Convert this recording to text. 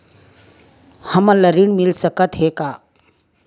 हमन ला ऋण मिल सकत हे का?